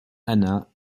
ana